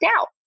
out